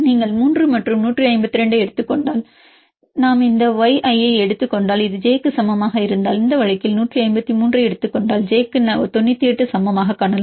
நீங்கள் 3 மற்றும் 152 ஐ எடுத்துக் கொண்டால் நாம் இந்த y ஐi எடுத்துக் கொண்டால் இது j க்கு சமமாக இருந்தால் இந்த வழக்கில் 153 ஐ எடுத்துக் கொண்டால் j ஐ 98 க்கு சமமாகக் காணலாம்